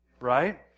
right